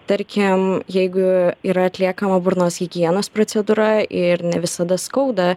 tarkim jeigu yra atliekama burnos higienos procedūra ir ne visada skauda